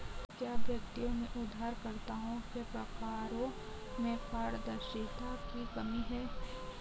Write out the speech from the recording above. क्या व्यक्तियों में उधारकर्ताओं के प्रकारों में पारदर्शिता की कमी है?